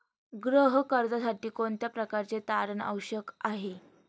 गृह कर्जासाठी कोणत्या प्रकारचे तारण आवश्यक आहे?